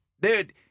dude